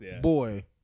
boy